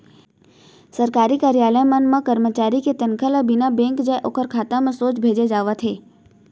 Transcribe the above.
सरकारी कारयालय मन म करमचारी के तनखा ल बिना बेंक जाए ओखर खाता म सोझ भेजे जावत हे